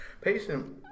Patient